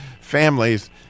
families